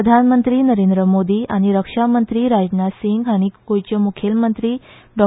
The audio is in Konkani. प्रधानमंत्री नरेंद्र मोदी आनी रक्षामंत्री राजनाथ सिंग हाणी गोंयचे मुखेलमंत्री डॉ